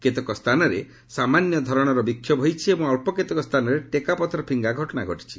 କେତେକ ସ୍ଥାନରେ ସାମାନ୍ୟ ଧରଣର ବିକ୍ଷୋଭ ହୋଇଛି ଏବଂ ଅକ୍ଷ କେତେକ ସ୍ଥାନରେ ଟେକାପଥର ଫିଙ୍ଗା ଘଟଣା ଘଟିଛି